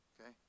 Okay